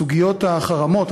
סוגיות החרמות,